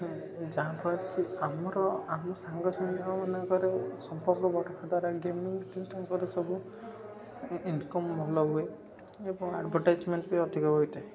ଯାହାଫଳରେ କି ଆମର ଆମ ସାଙ୍ଗ ସାଙ୍ଗମାନଙ୍କରେ ସମ୍ପର୍କ ବଢିବା ଦ୍ଵାରା ଗେମିଂ ଯୋଗୁଁ ଆଜି ଇନକମ ଭଲ ହୁଏ ଏବଂ ଆଡ଼୍ଭଟାଇଜମେଣ୍ଟ୍ ବି ଅଧିକ ହେଇଥାଏ